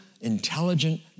intelligent